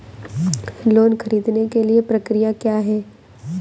Loan ख़रीदने के लिए प्रक्रिया क्या है?